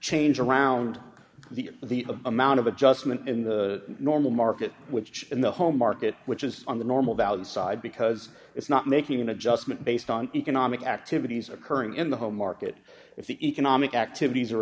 change around the the amount of adjustment in the normal market which in the home market which is on the normal values side because it's not making an adjustment based on economic activities occurring in the home market if the economic activities are